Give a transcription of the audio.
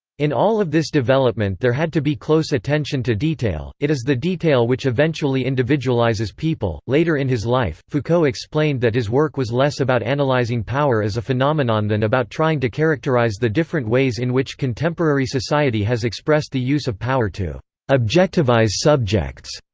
in all of this development there had to be close attention to detail it is the detail which eventually individualises people later in his life, foucault explained that his work was less about analysing power as a phenomenon than about trying to characterise the different ways in which contemporary society has expressed the use of power to objectivise subjects.